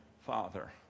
father